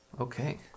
okay